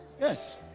Yes